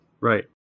right